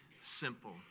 simple